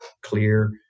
clear